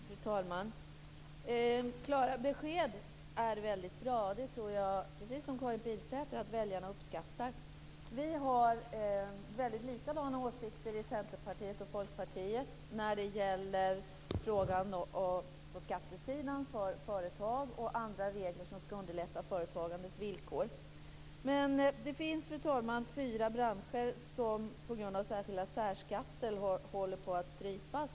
Fru talman! Klara besked är mycket bra. Det tror jag, precis som Karin Pilsäter, att väljarna uppskattar. Centerpartiet och Folkpartiet har liknande åsikter när det gäller skatterna för företag och när det gäller regler som skall underlätta företagandets villkor. Men det finns, fru talman, fyra branscher som på grund av särskatter håller på att strypas.